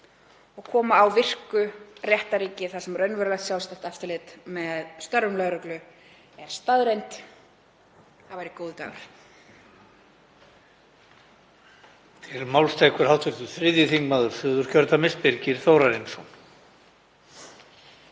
og koma á virku réttarríki þar sem raunverulegt sjálfstætt eftirlit með störfum lögreglu er staðreynd. Það væri góður dagur.